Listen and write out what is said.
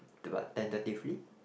to what tentatively